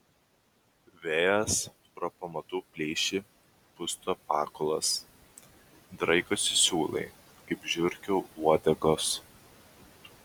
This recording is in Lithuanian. vėjas pro pamatų plyšį pusto pakulas draikosi siūlai kaip žiurkių uodegos